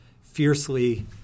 fiercely